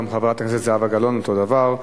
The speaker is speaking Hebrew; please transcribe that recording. גם חברת הכנסת זהבה גלאון, אותו דבר.